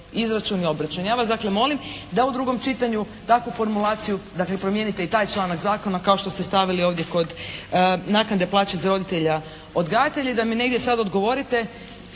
izračun i obračun. Ja vas dakle molim da u drugom čitanju takvu formulaciju dakle promijenite i taj članak zakona kao što ste stavili ovdje kod naknade plaće za roditelja odgajatelja i da mi negdje sad odgovorite